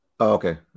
Okay